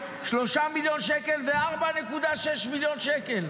3 מיליון שקל ו-4.6 מיליון שקל,